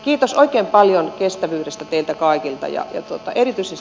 kiitos oikein paljon kestävyydestätietä kaikilta ja tietoutta erityses